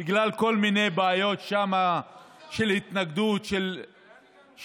בגלל כל מיני בעיות של התנגדות של הירוקים